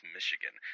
Michigan